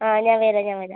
ആ ഞാൻ വരാം ഞാൻ വരാം